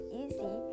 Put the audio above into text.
easy